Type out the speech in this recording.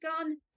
gone